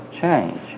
change